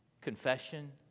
Confession